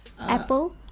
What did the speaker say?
Apple